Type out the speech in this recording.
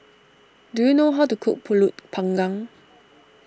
do you know how to cook Pulut Panggang